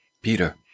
Peter